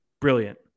Brilliant